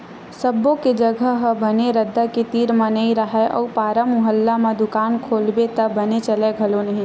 सब्बो के जघा ह बने रद्दा के तीर म नइ राहय अउ पारा मुहल्ला म दुकान खोलबे त बने चलय घलो नहि